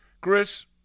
Chris